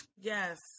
Yes